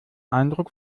eindruck